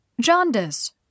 Jaundice